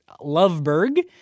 Loveberg